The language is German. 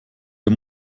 der